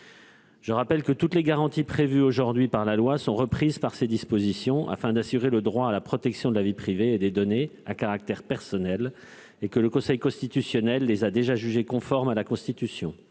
Je rappelle que toutes les garanties prévues aujourd'hui par la loi sont reprises par ces dispositions, afin d'assurer le droit à la protection de la vie privée et des données à caractère personnel. Le Conseil constitutionnel les a déjà jugées conformes à la Constitution.